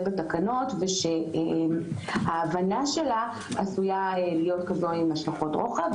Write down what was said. בתקנות שעשויות להיות לה השלכות רוחב.